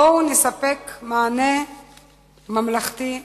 בואו נספק מענה ממלכתי ראוי.